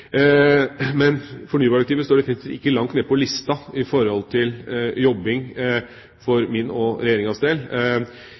Men fornybardirektivet står definitivt ikke langt nede på lista i forhold til jobbing for